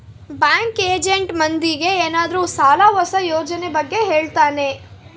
bank agent ಮಂದಿಗೆ ಏನಾದ್ರೂ ಸಾಲ ಹೊಸ ಯೋಜನೆ ಬಗ್ಗೆ ಹೇಳ್ತಾನೆ